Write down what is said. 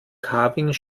carving